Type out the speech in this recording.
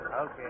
Okay